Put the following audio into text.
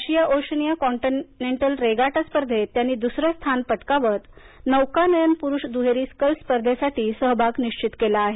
आशिया Oceania continental regatta स्पर्धेत त्यांनी दुसरे स्थान पटकावत नौकानयन पुरुष दुहेरी स्कल्स स्पर्धेसाठी सहभाग निश्चित केला आहे